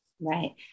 Right